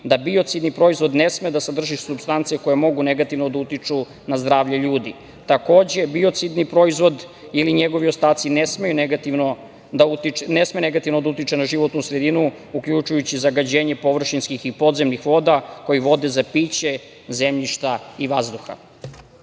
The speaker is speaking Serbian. da biocidni proizvod ne sme da sadrži supstance koje mogu negativno da utiču na zdravlje ljudi. Takođe, biocidni proizvod ili njegovi ostaci ne sme negativno da utiče na životnu sredinu, uključujući zagađenje površinskih i podzemnih voda, kao o vode za piće, zemljišta i vazduha. Proces